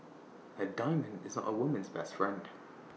A diamond is A woman's best friend